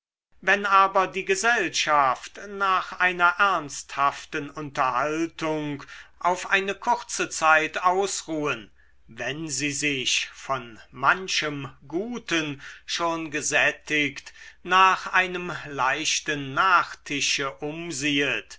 wenn aber die gesellschaft nach einer ernsthaften unterhaltung auf eine kurze zeit ausruhen wenn sie sich von manchem guten schon gesättigt nach einem leichten nachtische umsiehet